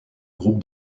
groupe